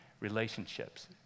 relationships